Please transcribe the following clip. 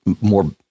more